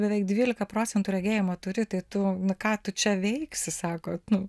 beveik dvylika procentų regėjimo turi tai tu nu ką tu čia veiksi sako nu